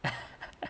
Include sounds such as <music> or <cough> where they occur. <laughs>